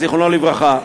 זיכרונו לברכה,